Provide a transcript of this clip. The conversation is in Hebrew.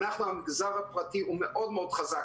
אנחנו המגזר הפרטי מאוד מאוד חזק,